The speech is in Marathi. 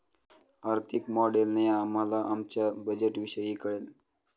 आर्थिक मॉडेलने आम्हाला आमच्या बजेटविषयी कळेल